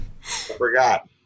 forgot